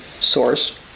source